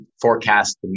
forecast